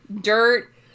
Dirt